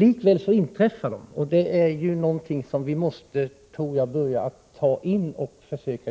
Likväl inträffar de, och det är något som jag tror att vi måste börja